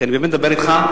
כי אני באמת מדבר אתך,